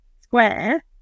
square